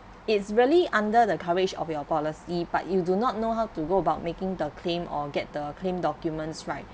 it's really under the coverage of your policy but you do not know how to go about making the claim or get the claim documents right